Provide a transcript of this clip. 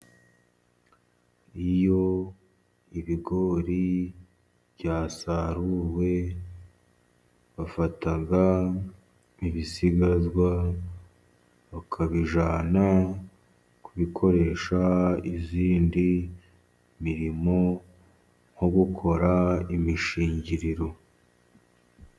Iyo ibigori byasaruwe bafata ibisigazwa bakabijyana ku bikoresha indi mirimo nko gukora imishingiriro.